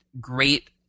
great